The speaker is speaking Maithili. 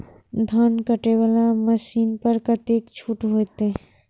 धान कटे वाला मशीन पर कतेक छूट होते?